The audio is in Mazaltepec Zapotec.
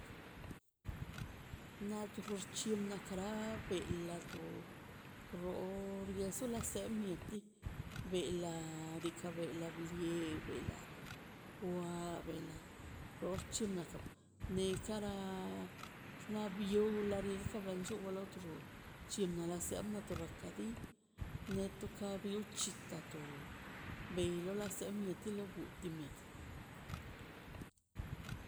Na tu llichi na kabela to na o se la sela mieti bela diikaꞌ bela dii bela kwa bela rollchina ka bin ne kara xnaꞌ biola de ka biol llulakiro bchin a a sero na rokadi ne ka biw ka chitato beilo la ka mieti la ultimiati